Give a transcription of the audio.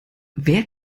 wer